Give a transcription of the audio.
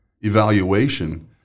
evaluation